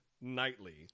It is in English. nightly